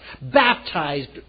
baptized